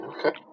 Okay